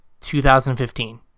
2015